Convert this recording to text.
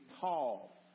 tall